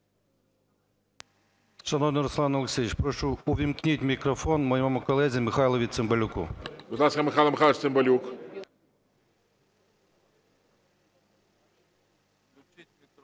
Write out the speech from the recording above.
Шановний Руслане Олексійовичу, прошу, увімкніть мікрофон моєму колезі Михайлу Цимбалюку.